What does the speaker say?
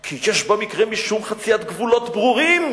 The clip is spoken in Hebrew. כי יש במקרה משום חציית גבולות ברורים